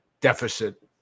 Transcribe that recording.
deficit